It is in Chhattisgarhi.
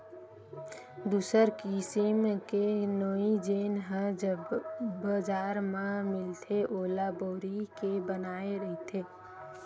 दूसर किसिम के नोई जेन ह बजार म मिलथे ओला बोरी के बनाये रहिथे